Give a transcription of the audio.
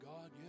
God